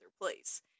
place